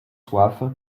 soif